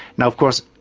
now, of course,